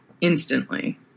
instantly